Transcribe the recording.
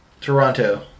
Toronto